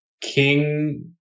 King